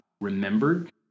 remembered